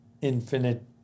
infinite